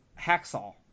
hacksaw